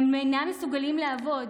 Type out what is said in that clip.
הם אינם מסוגלים לעבוד,